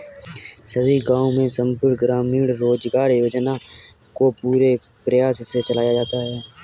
सभी गांवों में संपूर्ण ग्रामीण रोजगार योजना को पूरे प्रयास से चलाया जाता है